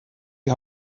die